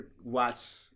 Watch